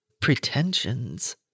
pretensions